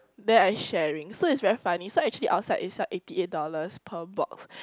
then I sharing so it's very funny so actually outside is sell eighty eight dollars per box